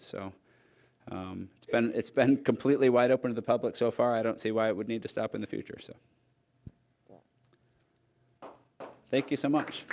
so it's been it's been completely wide open to the public so far i don't see why it would need to stop in the future so thank you so much